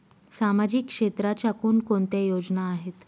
सामाजिक क्षेत्राच्या कोणकोणत्या योजना आहेत?